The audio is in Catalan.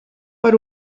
per